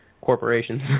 corporations